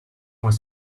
was